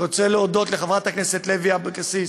אני רוצה להודות לחברת הכנסת לוי אבקסיס,